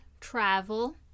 travel